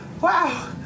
Wow